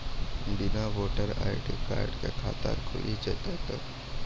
बिना voter I D card के खाता खुल जैते तो?